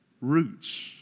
roots